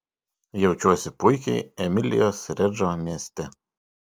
jaučiuosi puikiai emilijos redžo mieste